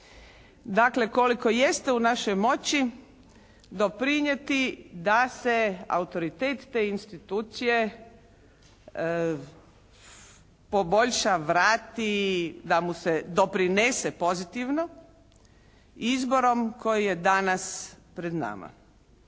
dakle koliko jeste u našoj moći doprinijeti da se autoritet te institucije poboljša, vrati, da mu se doprinese pozitivno izborom koji je danas pred nama.